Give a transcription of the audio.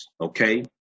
okay